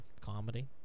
comedy